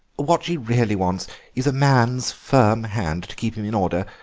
what he really wants is a man's firm hand to keep him in order.